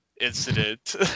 incident